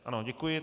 Ano, děkuji.